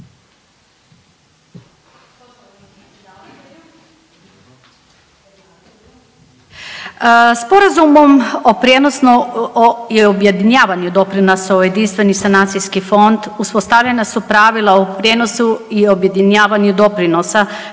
Sporazumom o prijenosu i objedinjavanju doprinosa u jedinstveni sanacijski fond uspostavljena su pravila o prijenosu i objedinjavanju doprinosa